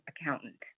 accountant